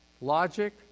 logic